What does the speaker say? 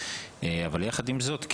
אבל יחד עם זאת,